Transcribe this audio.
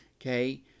Okay